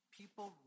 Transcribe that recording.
people